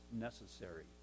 necessary